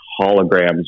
holograms